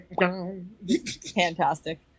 fantastic